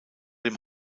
dem